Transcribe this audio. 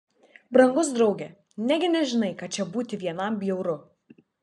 brangus drauge negi nežinai kad čia būti vienam bjauru